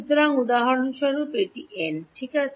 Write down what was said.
সুতরাং উদাহরণস্বরূপ এটি n ঠিক আছে